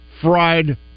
fried